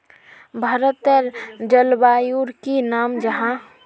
भारतेर जलवायुर की नाम जाहा?